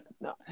no